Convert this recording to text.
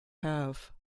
have